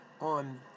on